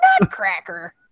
nutcracker